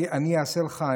אני אעשה לך,